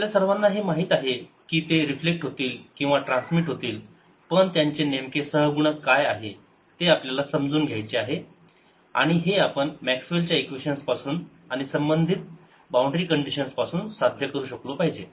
आपल्या सर्वांना हे माहीत आहे की ते रिफ्लेक्ट होतील किंवा ट्रान्समिट होतील पण त्याचे नेमके सहगुणक काय आहे ते आपल्याला समजून घ्यायचे आहे आणि हे आपण मॅक्सवेल च्या इक्वेशन्स Maxwell's equations पासून आणि संबंधित बाउंड्री कंडिशन्स पासून साध्य करू शकलो पाहिजे